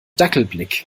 dackelblick